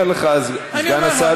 אומר לך סגן השר,